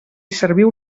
serviu